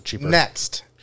Next